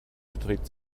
beträgt